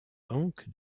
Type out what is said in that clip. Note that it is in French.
banque